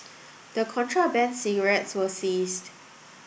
the contraband cigarettes were seized